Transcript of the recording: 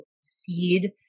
seed